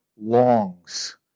longs